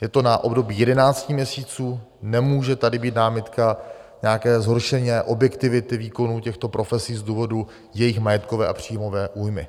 Je to na období jedenácti měsíců, nemůže tady být námitka nějaké zhoršené objektivity výkonu těchto profesí z důvodu jejich majetkové a příjmové újmy.